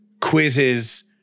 quizzes